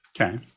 okay